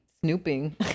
snooping